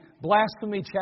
Blasphemy